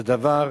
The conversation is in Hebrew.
זה דבר,